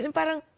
parang